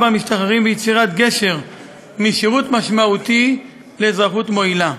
במשתחררים ויצירת גשר משירות משמעותי לאזרחות מועילה.